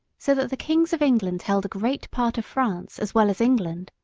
so that the kings of england held a great part of france as well as england.